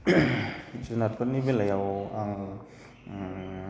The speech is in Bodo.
जुनारफोरनि बेलायाव आं